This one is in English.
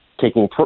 taking